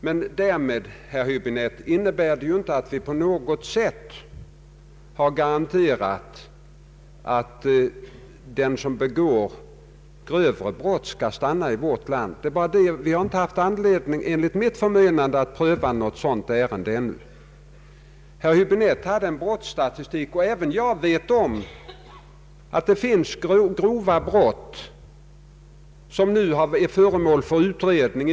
Men detta innebär ju inte, herr Häbinette, att vi på något sätt har garanterat att den som begår grövre brott skall stanna i vårt land. Vi har i regeringen inte haft anledning att pröva något sådant ärende ännu. Herr Hiäbinette har en brottsstatistik, och även jag vet att det förekommit grova brott som är föremål för utredning.